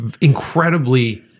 incredibly